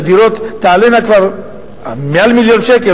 שהדירות תעלינה כבר מעל מיליון שקל,